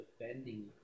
defending